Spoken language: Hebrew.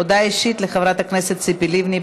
הודעה אישית לחברת הכנסת ציפי לבני.